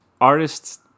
artists